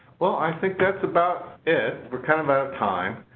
well, i think that's about it. we're kind of out of time.